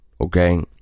okay